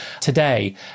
today